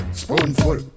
spoonful